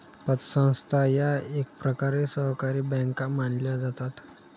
पतसंस्था या एकप्रकारे सहकारी बँका मानल्या जातात